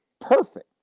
perfect